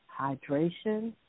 hydration